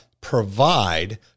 provide